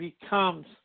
becomes